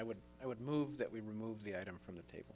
i would i would move that we remove the item from the table